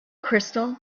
crystal